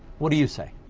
what do you say?